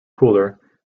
cooler